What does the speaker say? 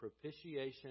propitiation